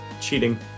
cheating